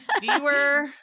Viewer